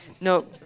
No